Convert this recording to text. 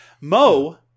Mo